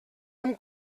amb